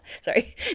Sorry